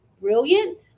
brilliant